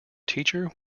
teacher